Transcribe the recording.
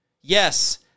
Yes